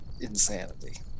insanity